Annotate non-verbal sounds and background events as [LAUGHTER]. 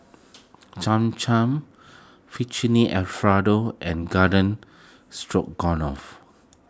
[NOISE] Cham Cham [UNINTELLIGIBLE] Alfredo and Garden Stroganoff